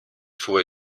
faut